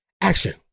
action